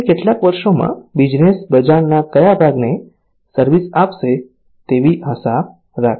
આગામી કેટલાક વર્ષોમાં બિઝનેસ બજારના કયા ભાગને સર્વિસ આપશે તેવી આશા રાખશે